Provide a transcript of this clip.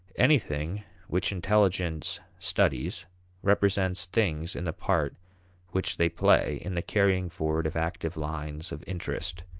anything which intelligence studies represents things in the part which they play in the carrying forward of active lines of interest.